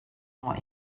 more